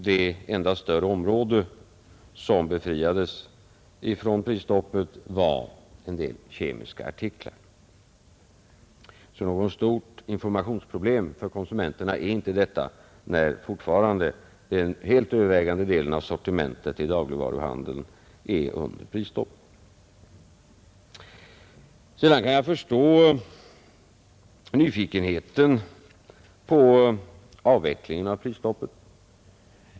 Det enda större område som befriades från prisstoppet var en del kemiska artiklar. Något stort informationsproblem för konsumenterna är inte detta, när fortfarande den helt övervägande delen av sortimentet i dagligvaruhandeln är under prisstopp. Sedan kan jag förstå nyfikenheten angående avvecklingen av prisstoppet.